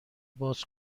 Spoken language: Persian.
باز